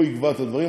הוא יקבע את הדברים,